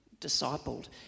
discipled